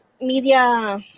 media